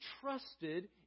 trusted